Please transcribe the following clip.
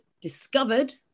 discovered